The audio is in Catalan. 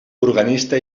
organista